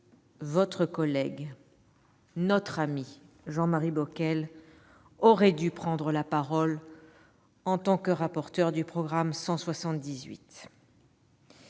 votre collègue et notre ami Jean-Marie Bockel aurait dû prendre la parole en tant que rapporteur pour avis